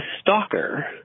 stalker